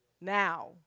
Now